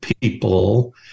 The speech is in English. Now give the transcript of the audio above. people